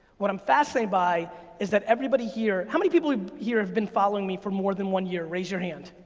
what i'm fascinated by is that everybody here, how many people here have been following me for more than one year? raise your hand.